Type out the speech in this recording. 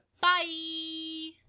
Bye